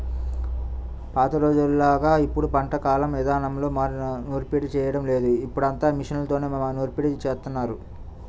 పాత రోజుల్లోలాగా ఇప్పుడు పంట కల్లం ఇదానంలో నూర్పిడి చేయడం లేదు, ఇప్పుడంతా మిషన్లతోనే నూర్పిడి జేత్తన్నారు